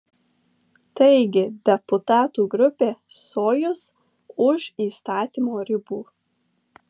taigi deputatų grupė sojuz už įstatymo ribų